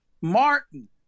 Martin